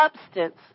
substance